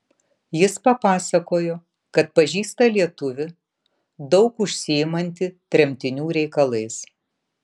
jis papasakojo kad pažįsta lietuvį daug užsiimantį tremtinių reikalais